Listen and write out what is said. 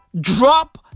drop